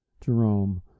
Jerome